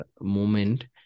moment